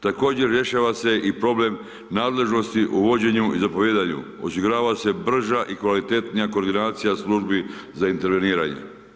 Također, rješava se i problem nadležnosti u vođenju i zapovijedanju, osigurava se brža i kvalitetnija koordinacija službi za interveniranje.